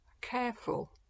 careful